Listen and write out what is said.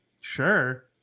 Sure